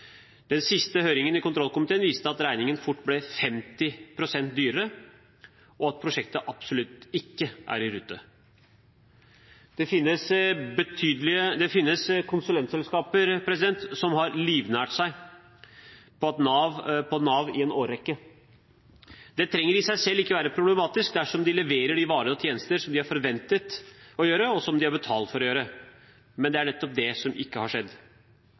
Den siste høringen i kontrollkomiteen viste at regningen fort ble 50 pst. dyrere, og at prosjektet absolutt ikke er i rute. Det finnes konsulentselskaper som har livnært seg på Nav i en årrekke. Det trenger i seg selv ikke å være problematisk dersom de leverer de varer og tjenester som de er forventet å gjøre, og som de er betalt for å gjøre. Men det er nettopp det som ikke har skjedd.